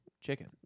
chicken